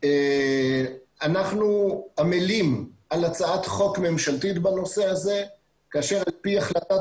אנחנו עמלים על הצעת חוק ממשלתית בנושא הזה כאשר על פי החלטת